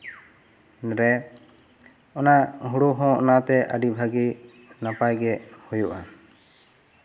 ᱨᱮ ᱚᱱᱟ ᱦᱩᱲᱩ ᱦᱚᱸ ᱚᱱᱟᱛᱮ ᱟᱹᱰᱤ ᱵᱷᱟᱹᱜᱤ ᱱᱟᱯᱟᱭ ᱜᱮ ᱦᱩᱭᱩᱜᱼᱟ